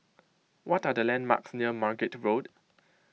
what are the landmarks near Margate Road